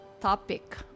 topic